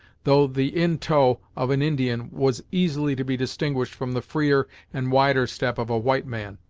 though the in-toe of an indian was easily to be distinguished from the freer and wider step of a white man.